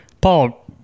Paul